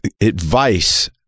advice